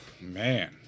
man